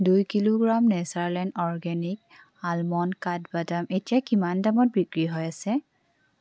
দুই kilogram Natureland organic almond কাঠবাদাম এতিয়া কিমান দামত বিক্ৰী হৈ আছে